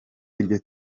iryo